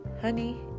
honey